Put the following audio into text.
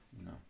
No